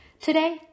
Today